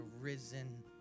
risen